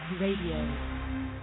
Radio